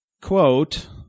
quote